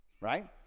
right